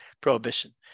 prohibition